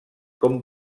com